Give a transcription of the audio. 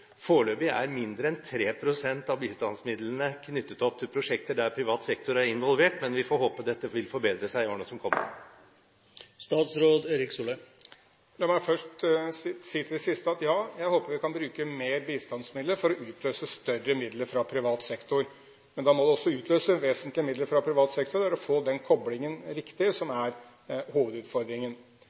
Foreløpig er mindre enn 3 pst. av bistandsmidlene knyttet opp til prosjekter der privat sektor er involvert, men vi får håpe dette vil forbedre seg i løpet av årene som kommer. La meg først si til det siste: Ja, jeg håper vi kan bruke mer bistandsmidler for å utløse større midler fra privat sektor. Men da må det også utløses vesentlige midler fra privat sektor, og det er å få den koblingen riktig som er hovedutfordringen.